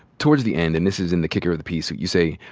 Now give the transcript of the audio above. towards the end, and this is in the kicker of the piece, but you say,